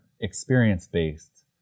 experience-based